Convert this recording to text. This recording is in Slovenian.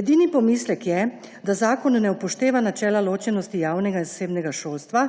Edini pomislek je, da zakon ne upošteva načela ločenosti javnega in zasebnega šolstva,